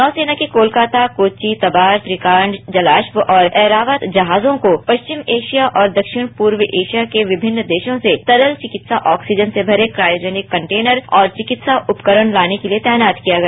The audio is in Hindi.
नौर्सना के कोलकाता कोच्चि तबार ़त्रिकांड जलाश्व और एरावत जहाजों को पश्चिम एशिया और दक्षिण पूर्व एशिया के विभिन्नदेशों से तरल चिकित्सा ऑक्सीजन से भरे क्रायोजेनिक कंटेनर और चिकित्सा उपकरण लानेके लिए तैनात किया गया